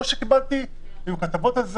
היו כתבות על זה,